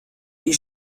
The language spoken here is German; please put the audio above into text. die